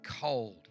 cold